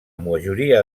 majoria